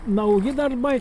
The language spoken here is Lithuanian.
nauji darbai